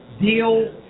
deal